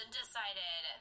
decided